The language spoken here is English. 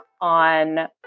on